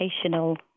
educational